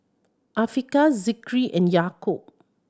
Afiqah Zikri and Yaakob